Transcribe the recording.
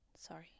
sorry